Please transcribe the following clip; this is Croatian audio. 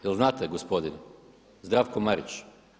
Jel' znate gospodine Zdravko Marić?